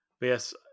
Yes